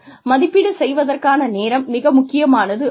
மதிப்பீடு செய்வதற்கான நேரம் மிக முக்கியமானதாகும்